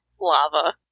lava